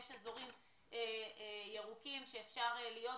יש אזורים ירוקים שאפשר להיות בהם,